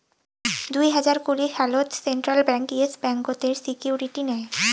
দুই হাজার কুড়ি সালত সেন্ট্রাল ব্যাঙ্ক ইয়েস ব্যাংকতের সিকিউরিটি নেয়